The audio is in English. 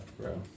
bro